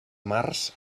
març